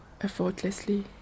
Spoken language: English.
effortlessly